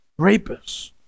rapists